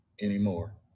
anymore